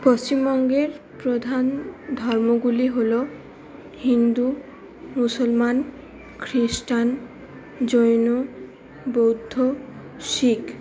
পশ্চিমবঙ্গের প্রধান ধর্মগুলি হলো হিন্দু মুসলমান খ্রিস্টান জৈন বৌদ্ধ শিখ